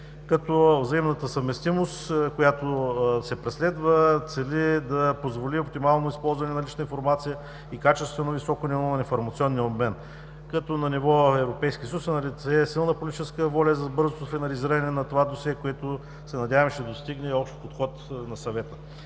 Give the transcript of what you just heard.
като взаимната съвместимост, която се преследва, цели да позволи оптимално използване на налична информация и качествено, високо ниво на информационния обмен, като на ниво Европейски съюз е налице силна политическа воля за бързото финализиране на това досие, което се надяваме, ще достигне общата квота на Съвета.